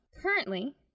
currently